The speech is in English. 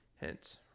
Hence